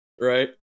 Right